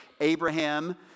Abraham